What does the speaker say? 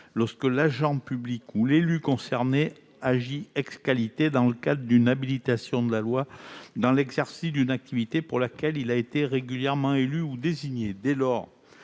lorsque l'agent public ou l'élu concerné agit ès qualités dans le cadre d'une habilitation législative et dans l'exercice d'une activité pour laquelle il a été régulièrement élu ou désigné. Dès lors